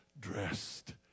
dressed